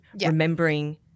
remembering